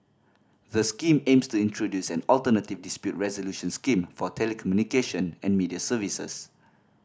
the Scheme aims to introduce an alternative dispute resolution scheme for telecommunication and media services